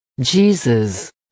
Jesus